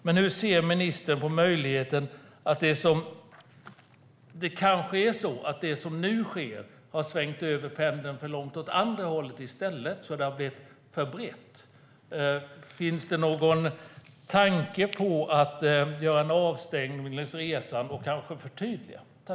Men hur ser ministern på möjligheten att det som nu sker i stället har svängt över pendeln för långt åt andra hållet så att det har blivit för brett? Finns det någon tanke på att göra en avstämning längs resan och kanske förtydliga?